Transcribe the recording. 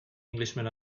englishman